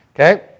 Okay